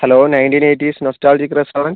hello nineteen eighties nostalgic restaurant